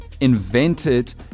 invented